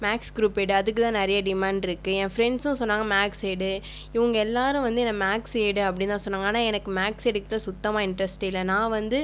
maths group எடு அதுக்கு தான் நிறைய டிமேண்டிருக்கு என் ஃப்ரெண்ட்ஸும் சொன்னாங்கள் மேக்ஸ் எடு இவங்க எல்லோரும் வந்து என்ன மேக்ஸ் எடு அப்படி தான் சொன்னாங்கள் ஆனால் எனக்கு மேக்ஸ் எடுக்கறதில் சுத்தமாக இண்ட்ரெஸ்ட் இல்லை நான் வந்து